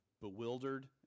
bewildered